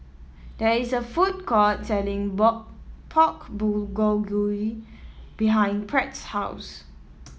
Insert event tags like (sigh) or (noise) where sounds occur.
there is a food court selling (unintelligible) Pork Bulgogi behind Pratt's house